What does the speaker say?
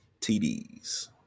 TDs